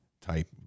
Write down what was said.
type